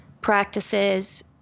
practices